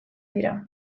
dira